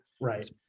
right